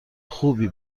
خوبی